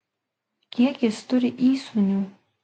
kiek jis turi įsūnių